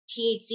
THC